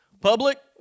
Public